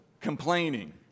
complaining